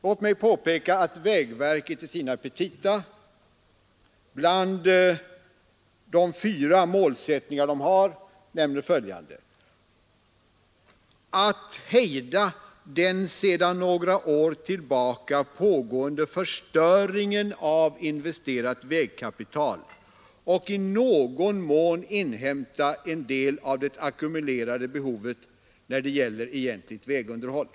Låt mig påpeka att vägverket i sina petita bland de fyra målsättningar som verket har nämner att man skall hejda den sedan några år tillbaka pågående förstöringen av investerat vägkapital och i någon mån inhämta en del av det ackumulerade behovet när det gäller egentligt vägunderhåll.